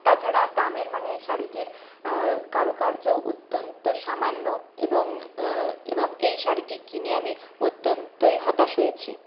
তাছাড়া দামের মানে এই শাড়িটির কারুকার্য অত্যন্ত সামান্য এবং এবং এই শাড়িটি কিনে আমি অত্যন্তই হতাশ হয়েছি